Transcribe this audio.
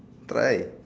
try